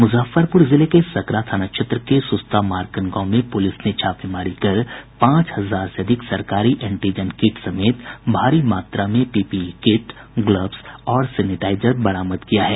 मुजफ्फरपुर जिले के सकरा थाना क्षेत्र के सुस्ता मारकन गाँव में पुलिस ने छापेमारी कर पांच हजार से अधिक सरकारी एंटीजन किट समेत भारी मात्रा में पीपीई किट ग्लव्स और सेनेटाइजर बरामद किया है